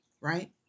right